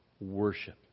Worship